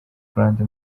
grande